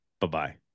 Bye-bye